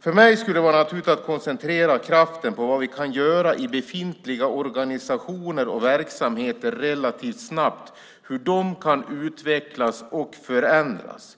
För mig skulle det vara naturligt att koncentrera kraften på vad vi kan göra i befintliga organisationer och verksamheter relativt snabbt, hur de kan utvecklas och förändras.